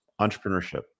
entrepreneurship